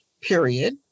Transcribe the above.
period